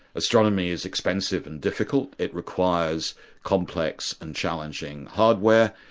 astronomy is expensive and difficult, it requires complex and challenging hardware,